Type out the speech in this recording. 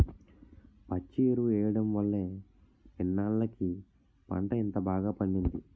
పచ్చి ఎరువు ఎయ్యడం వల్లే ఇన్నాల్లకి పంట ఇంత బాగా పండింది